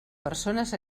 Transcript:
persones